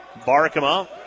Barkema